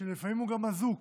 כשלפעמים הוא גם אזוק,